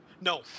No